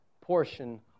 portion